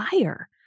fire